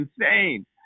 insane